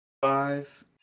five